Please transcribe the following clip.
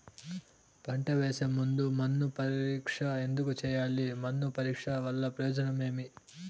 పంట వేసే ముందు మన్ను పరీక్ష ఎందుకు చేయాలి? మన్ను పరీక్ష వల్ల ప్రయోజనం ఏమి?